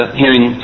hearing